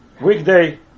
weekday